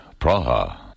Praha